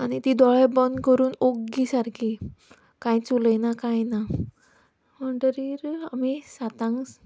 आनी ती दोळे बंद करून ओग्गी सारकी कांयच उलयना कांय ना म्हणटकीर आमी सातांक